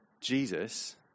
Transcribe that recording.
Jesus